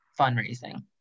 fundraising